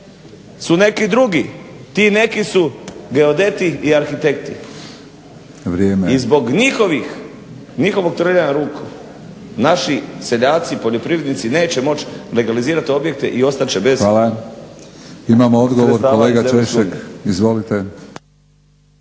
su neki drugi. Ti neki su geodeti i arhitekti i zbog njihovog trljanja ruku naši seljaci, poljoprivrednici neće moći legalizirati objekte i ostat će bez sredstava iz EU.